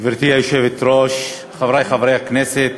גברתי היושבת-ראש, חברי חברי הכנסת,